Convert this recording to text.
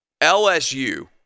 LSU